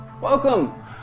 Welcome